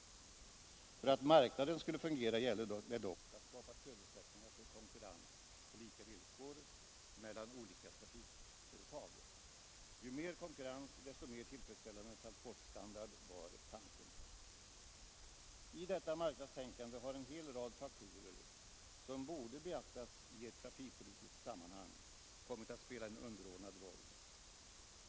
För att marknaden skulle fungera gällde det dock att skapa förutsättningar för ”konkurrens på lika villkor” mellan olika trafikföretag. Ju mer konkurrens, desto mer tillfredsställande transportstandard var tanken. I detta marknadstänkande har en hel rad faktorer, som borde beaktas i ett trafikpolitiskt sammanhang, kommit att spela en underordnad roll.